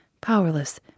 powerless